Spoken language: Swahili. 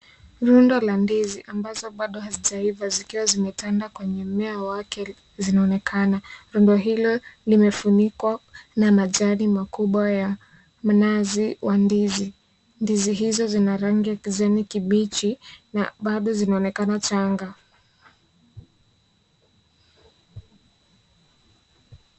Rundo za ndizi ambazo bado hazijaiva zikiwa zimetanda kwenye mmea wake zinaonekana. Rundo hilo limefunikwa na majani makubwa ya mnazi wa ndizi. Ndizi hizo zina rangi ya kijani kibichi na bado zinaonekana changa.